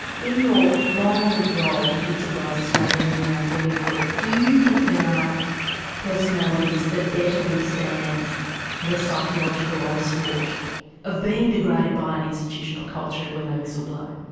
in your long role with whistleblowers australia and in your academic work, do you think there are personalities that better withstand the psychological onslaught of being degraded by an institutional culture when they whistle-blow?